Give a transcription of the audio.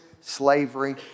slavery